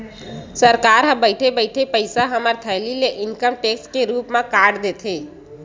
सरकार ह बइठे बइठे पइसा हमर थैली ले इनकम टेक्स के रुप म काट देथे